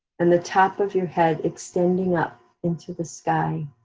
and the top of your head extending up into the sky.